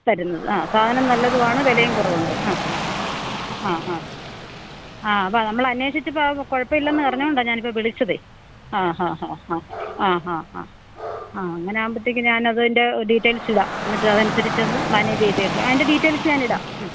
തരുന്നത് ആ സാധനം നല്ലതുമാണ് വിലയും കുറവുണ്ട് ആ ആ ആ ആ ആ അതാണ് നമ്മൾ അന്വേഷിച്ചപ്പോൾ അത് കുഴപ്പമില്ലെന്ന് പറഞ്ഞോണ്ടാ ഞാനിപ്പം വിളിച്ചതേ ആ ഹാ ഹാ ഹാ ആ ഹാ ഹാ ആ അങ്ങനാവുമ്പോഴ്ത്തേക്ക് ഞാൻ അതിന്റെ ഡീറ്റേയ്ല്സിടാം എന്നിട്ട് അതനുസരിച്ചൊന്ന് മാനേജ് ചെയ്തേക്ക് ആ അതിന്റെ ഡീറ്റേയ്ല്സ് ഞാനിടാം